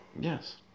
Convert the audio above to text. Yes